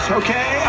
okay